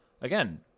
Again